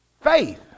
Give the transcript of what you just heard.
faith